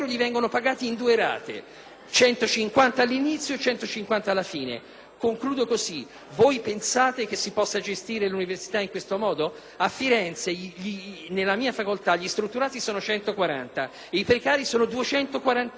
150 all'inizio e 150 alla fine. Voi pensate che si possa gestire l'università in questo modo? A Firenze nella mia facoltà gli strutturati sono 140, i precari sono 241: giudicate voi.